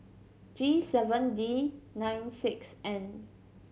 G seven D nine six N